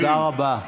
תודה רבה.